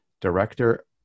Director